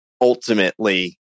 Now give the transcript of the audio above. Ultimately